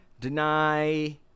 deny